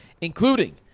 including